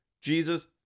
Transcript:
Jesus